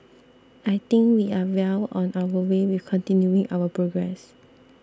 I think we are well on our way with continuing our progress